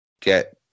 get